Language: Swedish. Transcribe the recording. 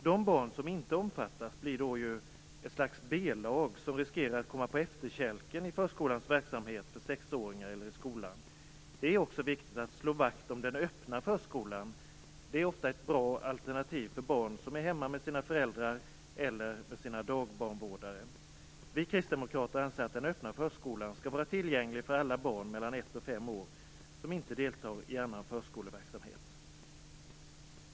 De barn som inte omfattas blir ju då ett slags B-lag som riskerar att komma på efterkälken i förskolans verksamhet för sexåringar eller i skolan. Det är viktigt att slå vakt om den öppna förskolan, som ofta är ett bra alternativ för barn som är hemma med sina föräldrar eller med sina dagbarnvårdare. Vi kristdemokrater anser att den öppna förskolan skall vara tillgänglig för alla barn i åldern ett-fem år som inte deltar i annan förskoleverksamhet.